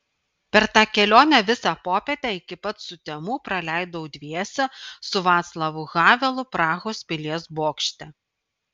per tą kelionę visą popietę iki pat sutemų praleidau dviese su vaclavu havelu prahos pilies bokšte